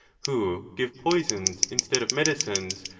who give poisons instead of medicines,